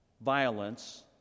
violence